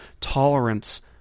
tolerance